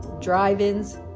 drive-ins